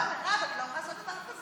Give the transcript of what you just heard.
לא, מרב, את לא יכולה לעשות דבר כזה.